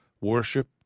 worship